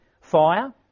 fire